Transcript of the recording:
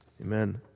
Amen